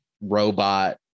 robot